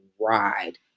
ride